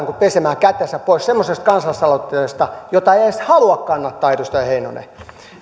kuin pesemään kätensä pois semmoisesta kansalaisaloitteesta jota ei edes halua kannattaa edustaja heinonen